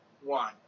one